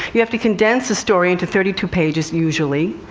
you have to condense a story into thirty two pages, usually.